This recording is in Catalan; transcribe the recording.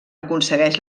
aconsegueix